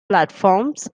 platforms